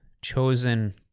chosen